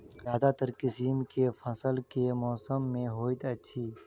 ज्यादातर किसिम केँ फसल केँ मौसम मे होइत अछि?